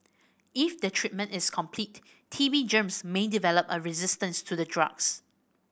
if the treatment is incomplete T B germs may develop a resistance to the drugs